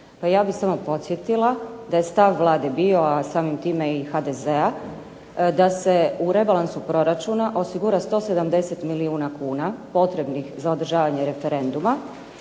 Pa ja bih samo podsjetila da je stav Vlade bio, a samim time i HDZ-a da se u rebalansu proračuna osigura 170 milijuna kuna potrebnih za održavanje referenduma,